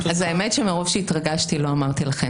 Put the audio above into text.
מרוב שהתרגשתי לא אמרתי לכן,